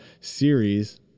series